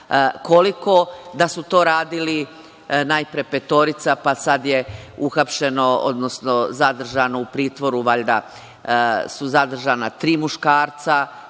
koliko, da su to radili najpre petorica, pa sad je uhapšeno, odnosno zadržano u pritvoru valjda zadržana tri muškarca